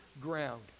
ground